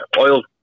oil